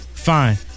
fine